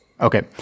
Okay